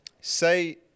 say